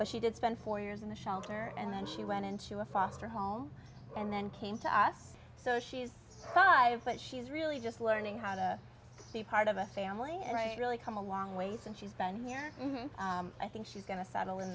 but she did spend four years in the shelter and then she went into a foster home and then came to us so she's five but she's really just learning how to be part of a family right really come a long ways and she's been here i think she's going to settle in